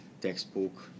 textbook